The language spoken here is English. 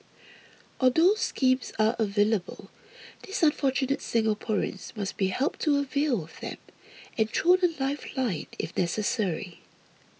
although schemes are available these unfortunate Singaporeans must be helped to avail of them and thrown a lifeline if necessary